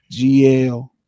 GL